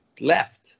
left